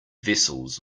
vessels